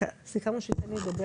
סיכמנו שתיתן לי לדבר.